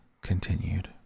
Continued